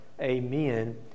amen